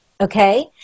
okay